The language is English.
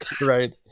Right